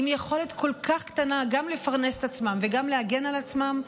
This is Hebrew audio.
עם יכולת כל כך קטנה גם לפרנס את עצמם וגם להגן על עצמם,